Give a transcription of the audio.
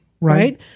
Right